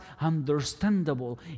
understandable